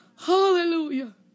Hallelujah